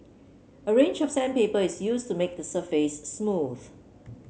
a range of sandpaper is used to make the surface smooth